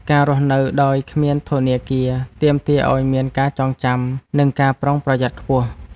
ការរស់នៅដោយគ្មានធនាគារ ទាមទារឱ្យមានការចងចាំ និងការប្រុងប្រយ័ត្នខ្ពស់។